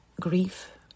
grief